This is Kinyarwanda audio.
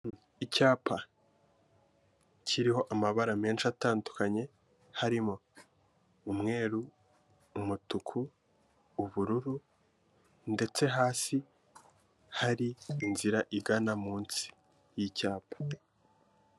Icyapa kiriho amabara menshi atandukanye harimo umweru, umutuku, ubururu ndetse hasi hari inzira igana munsi y'icyapa.